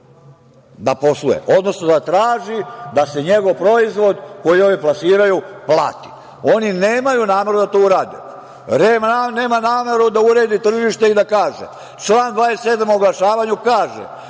da posluje, odnosno da traži da se njegov proizvod koji ovi plasiraju plati. Oni nemaju nalog da to urade. Nameru da uredi tržište REM nema i da kaže, član 27. o oglašavanju kaže